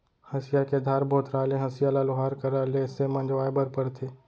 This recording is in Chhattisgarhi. हँसिया के धार भोथराय ले हँसिया ल लोहार करा ले से मँजवाए बर परथे